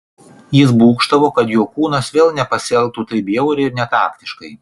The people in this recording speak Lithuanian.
jis būgštavo kad jo kūnas vėl nepasielgtų taip bjauriai ir netaktiškai